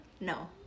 No